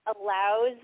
allows